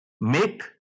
make